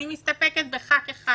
אני מסתפקת בחבר כנסת אחד?